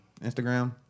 Instagram